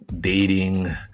dating